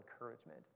encouragement